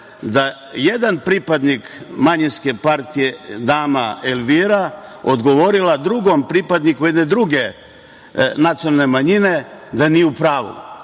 je jedan pripadnik manjinske partije, dama Elvira, odgovorila drugom pripadniku jedne druge nacionalne manjine da nije u pravu.